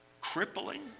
Crippling